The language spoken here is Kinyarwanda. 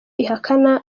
ihakana